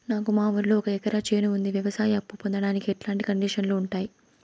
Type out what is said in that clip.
నాకు మా ఊరిలో ఒక ఎకరా చేను ఉంది, వ్యవసాయ అప్ఫు పొందడానికి ఎట్లాంటి కండిషన్లు ఉంటాయి?